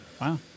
Wow